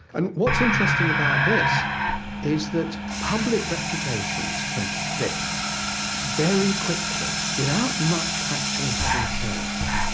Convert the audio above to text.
and what's interesting about this is that public reputations can flip very quickly, without much actually having changed.